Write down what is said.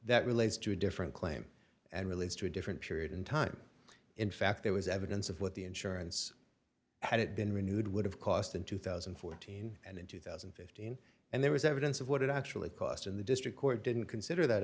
that relates to a different claim and relates to a different period in time in fact there was evidence of what the insurance had it been renewed would have cost in two thousand and fourteen and in two thousand and fifteen and there was evidence of what it actually cost in the district court didn't consider that